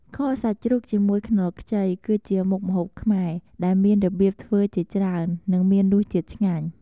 ខសាច់ជ្រូកជាមួយខ្នុរខ្ចីគឺជាមុខម្ហូបខ្មែរ ដែលមានរបៀបធ្វើជាច្រើន និងមានរសជាតិឆ្ងាញ់។